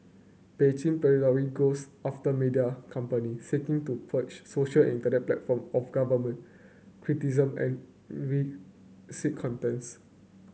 Beijing periodically goes after media company seeking to purge social and internet platform of government criticism and